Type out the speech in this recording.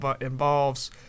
involves